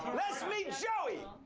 let's meet joey.